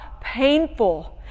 painful